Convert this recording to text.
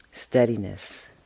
steadiness